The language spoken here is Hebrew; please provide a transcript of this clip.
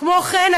כמו כן,